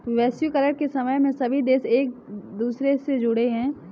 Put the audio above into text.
वैश्वीकरण के समय में सभी देश एक दूसरे से जुड़े है